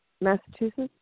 Massachusetts